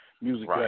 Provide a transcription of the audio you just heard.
music